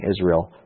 Israel